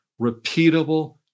repeatable